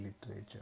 literature